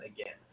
again